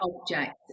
objects